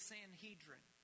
Sanhedrin